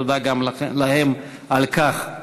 תודה גם להם על כך.